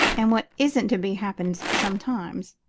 and what isn't to be happens sometimes.